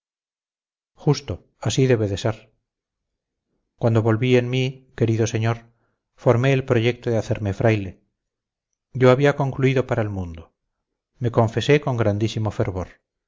justo así debe de ser cuando volví en mí querido señor formé el proyecto de hacerme fraile yo había concluido para el mundo me confesé con grandísimo fervor